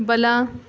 ಬಲ